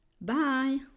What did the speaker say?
Bye